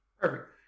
Perfect